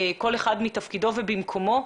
כל אחד בתפקידו ובמקומו,